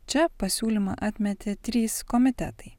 čia pasiūlymą atmetė trys komitetai